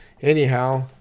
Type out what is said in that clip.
anyhow